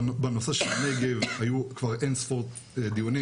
בנושא של הנגב היו כבר אין ספור דיונים,